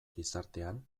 gizartean